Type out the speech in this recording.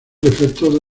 defecto